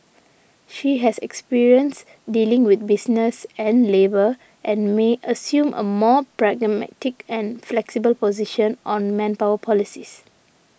she has experience dealing with business and labour and may assume a more pragmatic and flexible position on manpower policies